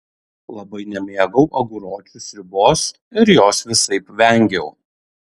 labai nemėgau aguročių sriubos ir jos visaip vengiau